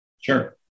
Sure